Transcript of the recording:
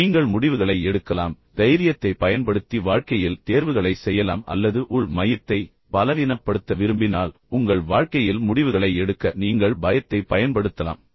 எனவே நீங்கள் முடிவுகளை எடுக்கலாம் தைரியத்தைப் பயன்படுத்தி உங்கள் வாழ்க்கையில் தேர்வுகளை செய்யலாம் அல்லது உள் மையத்தை பலவீனப்படுத்த விரும்பினால் உங்கள் வாழ்க்கையில் முடிவுகளை எடுக்க நீங்கள் நீங்கள் பயத்தைப் பயன்படுத்தலாம்